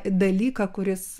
dalyką kuris